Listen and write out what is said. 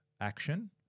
action